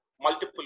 multiple